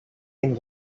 been